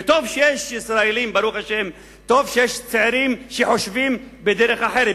וטוב שיש ישראלים צעירים שחושבים בדרך אחרת,